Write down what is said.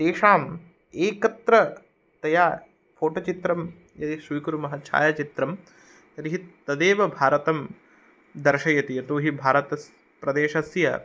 तेषाम् एकत्र तया फ़ोटो चित्रं यदि स्वीकुर्मः छायाचित्रं तर्हि तदेव भारतं दर्शयति यतो हि भारतप्रदेशस्य